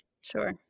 sure